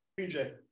PJ